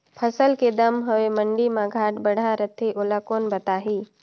फसल के दम हवे मंडी मा घाट बढ़ा रथे ओला कोन बताही?